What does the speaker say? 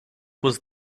was